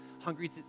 Hungry